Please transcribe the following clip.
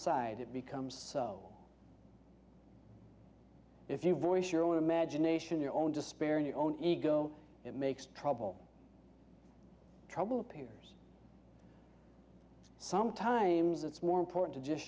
inside it becomes so if you voice your own imagination your own despair in your own ego it makes trouble trouble appears sometimes it's more important to just